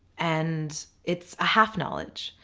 and its a half knowledge.